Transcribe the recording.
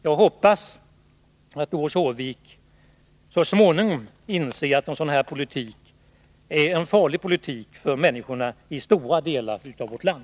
Jag hoppas att Doris Håvik så småningom inser att en sådan politik är en farlig politik för människorna i stora delar av vårt land.